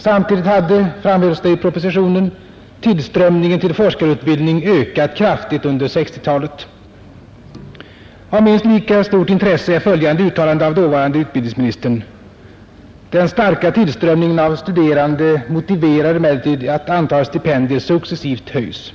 Samtidigt hade, framhölls det i propositionen, tillströmningen till forskarutbildning ökat kraftigt under 1960-talet. Av minst lika stort intresse är följande uttalande av dåvarande utbildningsministern: ”Den starka tillströmningen av studerande motiverar emellertid att antalet stipendier successivt höjs.”